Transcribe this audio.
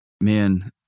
Man